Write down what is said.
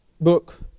book